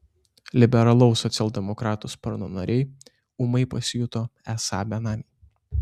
liberalaus socialdemokratų sparno nariai ūmai pasijuto esą benamiai